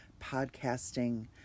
podcasting